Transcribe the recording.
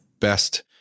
best